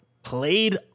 Played